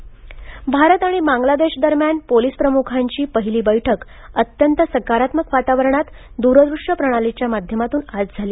भारत बांगलादेश भारत आणि बांग्लादेशदरम्यान पोलीस प्रमुखांची पहिली बैठक अत्यंत सकारात्मक वातावरणात दूरदृष्य प्रणालीच्या माध्यमातून आज झाली